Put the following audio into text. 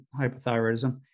hypothyroidism